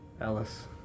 Alice